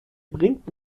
bringt